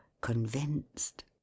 convinced